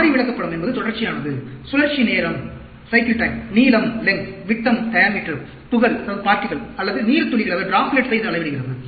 மாறி விளக்கப்படம் என்பது தொடர்ச்சியானது சுழற்சி நேரம் நீளம் விட்டம் துகள் அல்லது நீர்த்துளிகளை இது அளவிடுகிறது